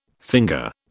Finger